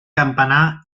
campanar